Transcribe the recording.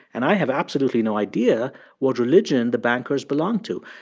and i have absolutely no idea what religion the bankers belong to.